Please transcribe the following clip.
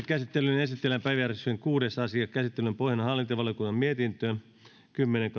käsittelyyn esitellään päiväjärjestyksen kuudes asia käsittelyn pohjana on hallintovaliokunnan mietintö kymmenen